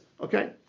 Okay